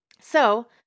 So-